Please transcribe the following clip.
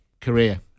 career